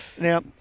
Now